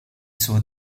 suo